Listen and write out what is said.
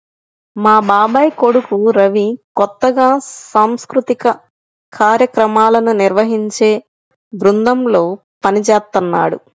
మా బాబాయ్ కొడుకు రవి కొత్తగా సాంస్కృతిక కార్యక్రమాలను నిర్వహించే బృందంలో పనిజేత్తన్నాడు